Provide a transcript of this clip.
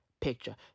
picture